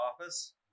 office